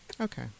Okay